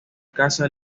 casa